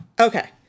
Okay